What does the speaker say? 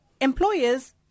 employers